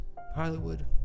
Hollywood